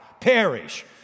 perish